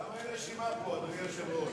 למה אין פה רשימה, אדוני היושב-ראש?